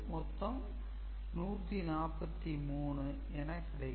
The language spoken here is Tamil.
மொத்தம் 143 என கிடைக்கும்